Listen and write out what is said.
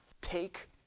Take